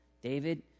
David